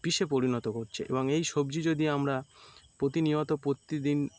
বিষে পরিণত করছে এবং এই সবজি যদি আমরা প্রতিনিয়ত প্রতিদিন